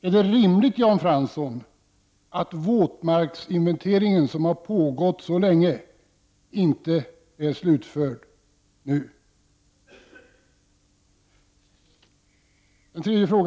Är det rimligt att våtmarksinventeringen, som har pågått så länge, inte är slutförd nu? 3.